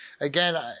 again